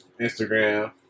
Instagram